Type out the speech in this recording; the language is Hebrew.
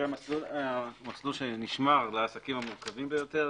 זה המסלול שנשמר לעסקים המורכבים ביותר,